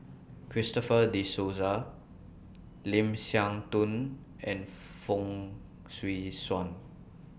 Christopher De Souza Lim Siah Tong and Fong Swee Suan